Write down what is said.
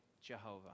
Jehovah